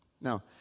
Now